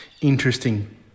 interesting